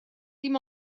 dim